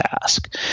task